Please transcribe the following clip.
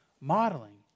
modeling